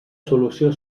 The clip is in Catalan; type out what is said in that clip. solució